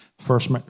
First